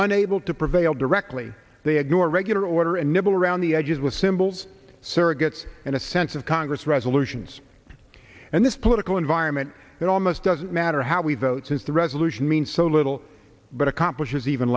unable to prevail directly they ignore in order and nibble around the edges with symbols surrogates and a sense of congress resolutions and this political environment it almost doesn't matter how we vote since the resolution means so little but accomplishes even